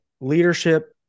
leadership